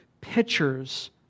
pictures